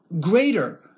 greater